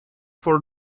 for